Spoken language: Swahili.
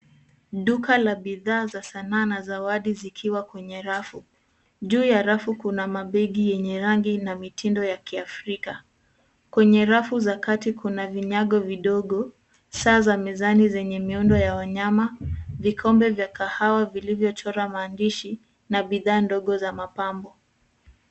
Duka la bidhaa za sanaa na zawadi zikiwa kwenye rafu. Juu ya rafu kuna mabegi yenye rangi na mitindo ya Kiafrika. Kwenye rafu za kati kuna vinyago vidogo, saa za mezani zenye miuundo ya wanyama, vikombe vya kahawa vilivyochorwa maandishi na bidhaa ndogo za mapambo.